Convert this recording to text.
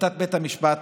החלטת בית המשפט